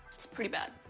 it's pretty bad.